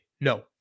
no